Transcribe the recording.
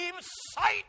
sight